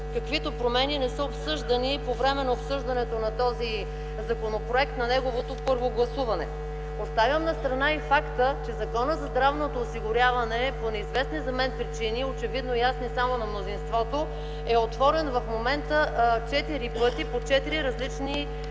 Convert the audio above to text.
каквито промени не са обсъждани по време на разискванията по този законопроект при неговото първо гласуване. Оставям настрана и факта, че Законът за здравното осигуряване по неизвестни за мен причини, очевидно ясни само на мнозинството, в момента е отворен четири пъти